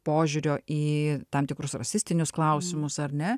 požiūrio į tam tikrus rasistinius klausimus ar ne